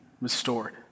restored